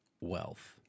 wealth